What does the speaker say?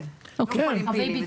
כן, לא חולים פעילים.